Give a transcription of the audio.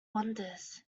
wanders